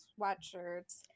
sweatshirts